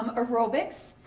um aerobics,